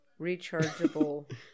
rechargeable